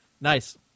Nice